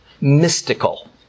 mystical